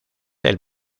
del